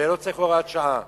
ולא צריך הוראת שעה